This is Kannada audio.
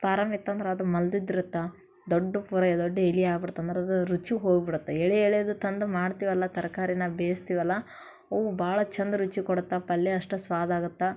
ಪಾರಮ್ ಇತ್ತಂದ್ರೆ ಅದು ಮಲ್ದಿದ್ದಿರುತ್ತ ದೊಡ್ಡ ಪೊರೆ ದೊಡ್ಡ ಎಲೆ ಆಗ್ಬಿಡ್ತಂದ್ರೆ ಅದು ರುಚಿ ಹೋಗ್ಬಿಡತ್ತೆ ಎಳೆ ಎಳೆದು ತಂದು ಮಾಡ್ತೀವಲ್ಲ ತರಕಾರಿನ ಬೇಯ್ಸ್ತಿವಲ್ಲ ಅವು ಭಾಳ ಚಂದ ರುಚಿ ಕೊಡತ್ತೆ ಪಲ್ಯ ಅಷ್ಟು ಸ್ವಾದಾಗತ್ತೆ